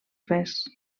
res